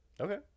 Okay